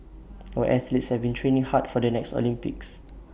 our athletes have been training hard for the next Olympics